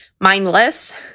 mindless